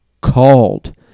called